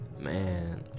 Man